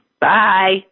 Bye